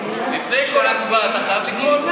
לפני כל הצבעה אתה חייב לקרוא לו.